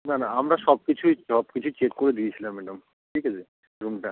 না না আমরা সব কিছুই সব কিছুই চেক করে দিয়েছিলাম ম্যাডাম ঠিক আছে রুমটা